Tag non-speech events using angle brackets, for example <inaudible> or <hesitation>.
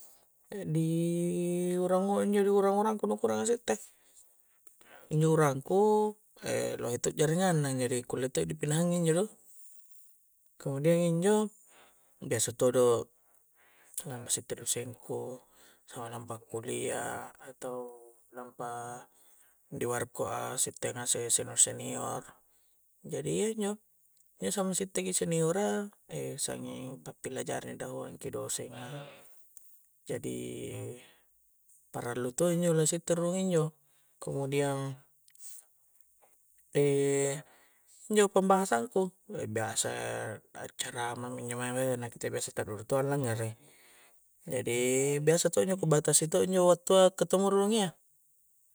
<hesitation> di urang, urang-urangku nu ku nu kuranganga sitte injo urangku <hesitation> lohe to' jaringang na jari kulle to' i di pinahangngi injo do kemuadiang injo biasa todo lampa sitte doseng ku samang lampa kullia atau lampa di warko'a sitte ngasek senior-senior jadi iya injo injo samang sitte ki senior a <hesitation> sanging pappilajarang ni dahuangki dosenga jadi parallu to injo la sitte rung injo kemudiang <hesitation> injo pembahasang ku <hesitation> biasa <hesitation> accarama mi injo mae weh nakke to' biasa to' taddudu to' a langngerei jadi biasa to' injo kubatasi to injo wattua ketemu rurung iya